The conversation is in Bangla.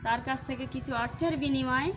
তার কাছ থেকে কিছু অর্থের বিনিময়ে